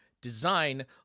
Design